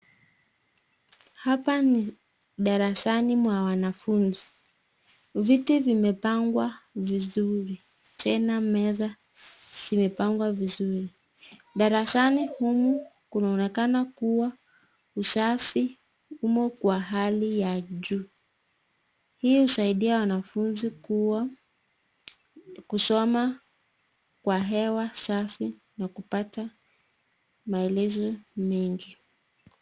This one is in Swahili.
Hapa ni darasani mwa wanafunzi. Viti vimepangwa vizuri tena meza zimepangwa vizuri. Darasani humu kunaonekana kuwa usafi humo kwa hali ya juu. Hii husaidia wanafunzi kuwa kusoma kwa hewa safi na kupata maelezo mengi.